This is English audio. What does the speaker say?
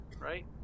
Right